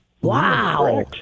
Wow